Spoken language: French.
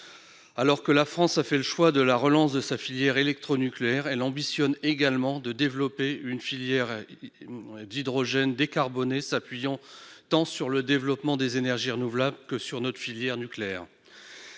Alors que la France a fait le choix de la relance de sa filière électronucléaire, elle ambitionne également de développer une filière hydrogène décarbonée s'appuyant tant sur le développement des énergies renouvelables que sur notre filière nucléaire.